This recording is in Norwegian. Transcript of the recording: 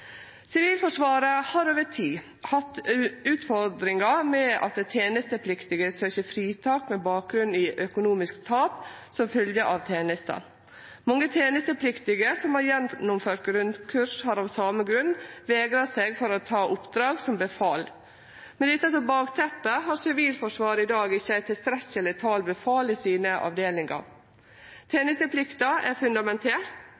Sivilforsvaret har over tid hatt utfordringar med at dei tenestepliktige søkjer fritak med bakgrunn i økonomisk tap som følgje av tenesta. Mange tenestepliktige som har gjennomført grunnkurs, har av same grunn vegra seg for å ta oppdrag som befal. Med dette som bakteppe har Sivilforsvaret i dag ikkje eit tilstrekkeleg tal befal i sine avdelingar.